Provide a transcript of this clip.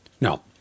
No